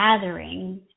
gathering